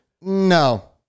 No